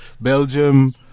Belgium